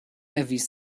erwies